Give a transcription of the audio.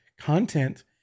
content